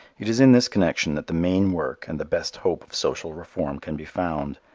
it is in this connection that the main work and the best hope of social reform can be found.